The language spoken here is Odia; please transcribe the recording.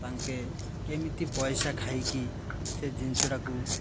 ତାଙ୍କେ କେମିତି ପଇସା ଖାଇକି ସେ ଜିନିଷଟାକୁ